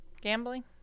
gambling